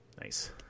Nice